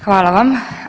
Hvala vam.